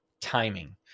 timing